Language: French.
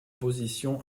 position